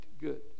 good